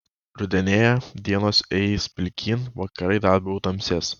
rudenėja dienos eis pilkyn vakarai dar labiau tamsės